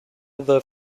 other